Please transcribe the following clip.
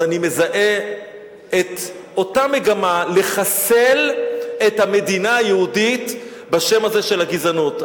אני מזהה אותה מגמה לחסל את המדינה היהודית בשם הזה של הגזענות.